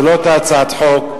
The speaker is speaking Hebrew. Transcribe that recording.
זו לא אותה הצעת חוק,